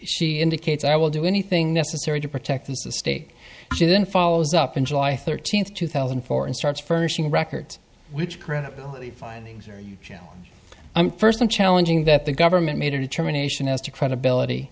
she indicates i will do anything necessary to protect the state she then follows up in july thirteenth two thousand and four and starts furnishing records which credibility findings are you i'm first i'm challenging that the government made a determination as to credibility